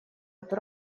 эту